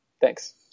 Thanks